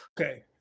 Okay